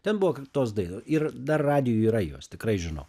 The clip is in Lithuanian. ten buvo tos dai ir dar radijuj yra jos tikrai žinau